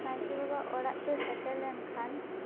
ᱱᱟᱭᱠᱮ ᱵᱟᱵᱟ ᱚᱲᱟᱜ ᱛᱮᱭ ᱥᱮᱴᱮᱨ ᱞᱮᱱᱠᱷᱟᱱ